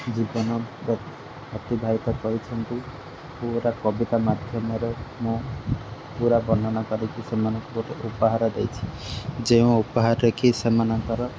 ଜୀବନ ଅତିବାହିତ କରିଛନ୍ତି ପୁରା କବିତା ମାଧ୍ୟମରେ ମୁଁ ପୁରା ବର୍ଣ୍ଣନା କରିକି ସେମାନଙ୍କୁ ଗୋଟିଏ ଉପହାର ଦେଇଛି ଯେଉଁ ଉପହାରରେ କି ସେମାନଙ୍କର